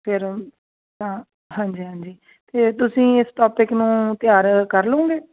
ਫਿਰ ਅ ਹਾਂਜੀ ਹਾਂਜੀ ਅਤੇ ਤੁਸੀਂ ਇਸ ਟੋਪਿਕ ਨੂੰ ਤਿਆਰ ਕਰ ਲਓਗੇ